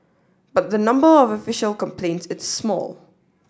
but the number of official complaints is small